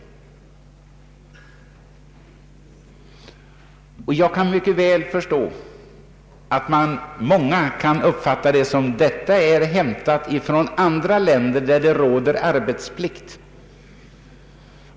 Jag kan mycket väl förstå att många kan uppfatta det så att de här idéerna är hämtade från andra länder där det råder arbetsplikt.